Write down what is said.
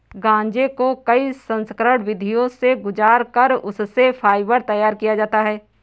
गांजे को कई संस्करण विधियों से गुजार कर उससे फाइबर तैयार किया जाता है